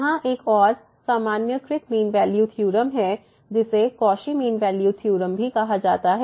यहाँ एक और सामान्यीकृत मीन वैल्यू थ्योरम है जिसे कौशी मीन वैल्यू थ्योरम भी कहा जाता है